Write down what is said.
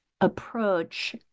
approach